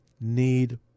need